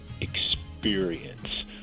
experience